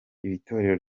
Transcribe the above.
itorero